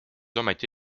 ometi